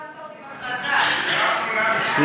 אתה חסמת אותי בהכרזה, 36,